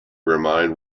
remind